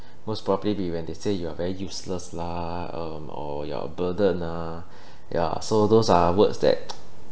most probably be when they say you are very useless lah um or you're a burden lah yeah so those are words that